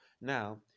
Now